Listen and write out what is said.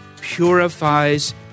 purifies